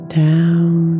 down